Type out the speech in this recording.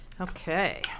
Okay